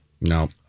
No